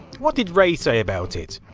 what did rad say about it?